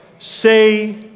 Say